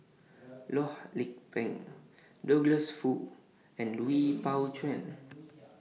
Loh Lik Peng Douglas Foo and Lui Pao Chuen